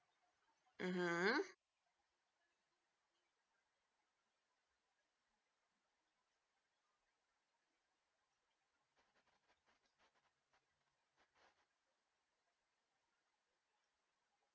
mmhmm